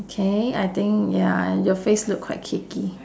okay I think ya your face look quite cakey